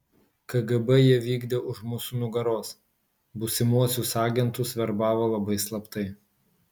kgb ją vykdė už mūsų nugaros būsimuosius agentus verbavo labai slaptai